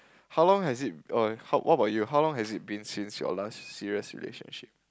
how long has it oh what about you how long has it been since your last serious relationship